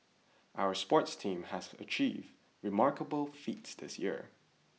our sports teams have achieved remarkable feats this year